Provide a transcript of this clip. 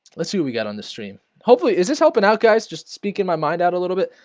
let's see we got on the stream hopefully is this helping out guys just speak in my mind out a little bit.